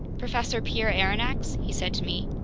professor pierre aronnax? he said to me.